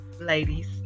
ladies